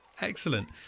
Excellent